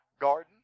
garden